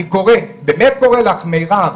אני באמת קורא לך מירב,